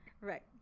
Right